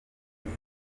riza